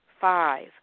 five